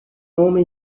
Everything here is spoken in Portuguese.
homem